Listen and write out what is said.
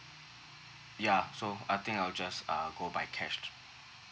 yeah so I think I'll just err go by cash